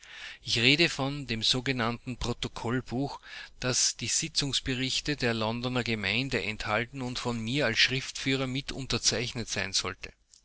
ich rede von dem sogenannten protokollbuch das die sitzungsberichte der londoner gemeinde enthalten und von mir als schriftführer mit unterzeichnet sein sollte